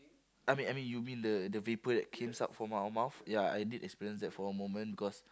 I mean I mean you mean the the vapor that came out from our mouth ya I did experience that for a moment because